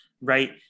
right